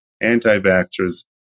anti-vaxxers